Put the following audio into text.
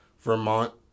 Vermont